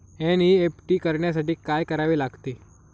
NEFT करण्यासाठी काय करावे लागते?